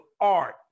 art